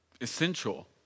essential